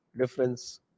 difference